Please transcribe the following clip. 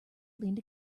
leaned